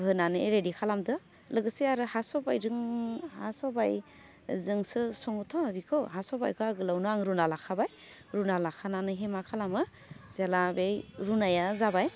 होनानै रेदि खालामदो लोगोसे आरो हा सबाइजों हा सबाइजोंसो सङोथ' बिखौ हा सबाइखौ आं आगोलावनो रुना लाखाबाय रुना लाखानानैहे मा खालामो जेला बै रुनाया जाबाय